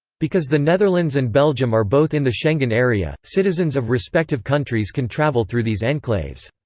because the netherlands and belgium are both in the schengen area, citizens of respective countries can travel through these enclaves.